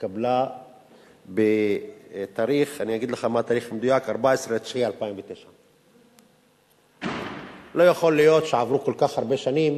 התקבלה ב-14 בספטמבר 2009. לא יכול להיות שעברו כל כך הרבה שנים